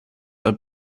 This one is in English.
are